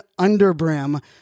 underbrim